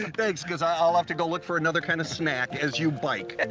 and thanks, cause i'll have to go look for another kind of snack, as you bike. and